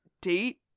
date